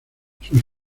sus